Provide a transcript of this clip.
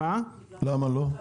למה לא?